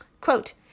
quote